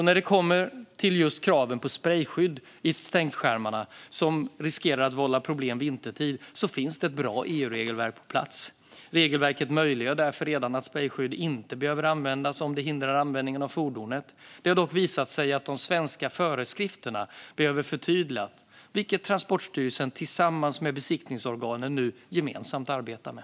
När det kommer till just kraven på sprejskydd i stänkskärmarna, som riskerar att vålla problem vintertid, finns det ett bra EU-regelverk på plats. Regelverket möjliggör därför redan att sprejskydd inte behöver användas om det hindrar användningen av fordonet. Det har dock visat sig att de svenska föreskrifterna behöver förtydligas, vilket Transportstyrelsen tillsammans med besiktningsorganen nu gemensamt arbetar med.